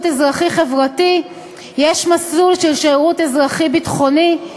אזרחי-חברתי ויש מסלול של שירות אזרחי-ביטחוני,